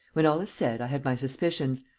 when all is said, i had my suspicions.